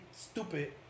stupid